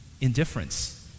indifference